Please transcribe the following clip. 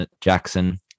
Jackson